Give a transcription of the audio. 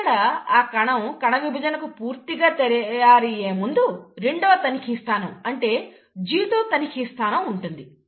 ఇక్కడ ఆ కణం కణవిభజనకు పూర్తిగా తయారయ్యే ముందు రెండవ తనిఖీస్థానం అంటే G2 తనిఖీస్థానం ఉంటుంది